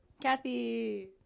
kathy